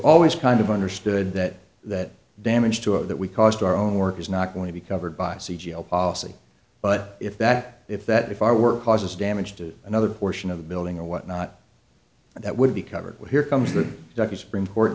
always kind of understood that that damage to it that we caused our own work is not going to be covered by c d o policy but if that if that if i were causes damage to another portion of the building or whatnot that would be covered well here comes the doctor supreme court